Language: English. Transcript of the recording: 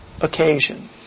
occasion